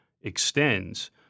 extends